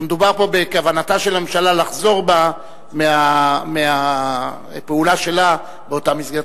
שמדובר פה בכוונתה של הממשלה לחזור בה מהפעולה שלה באותה מסגרת.